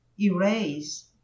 erase